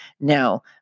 Now